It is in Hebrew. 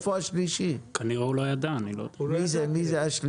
הרבה פחות מכל תחום אחר, לא יכולים היו לעשות